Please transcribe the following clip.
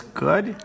good